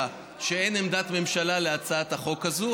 שאין עמדת ממשלה על הצעת החוק הזאת,